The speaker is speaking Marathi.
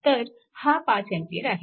तर हा 5A आहे